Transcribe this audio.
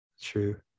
True